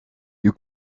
you